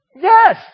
Yes